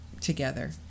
together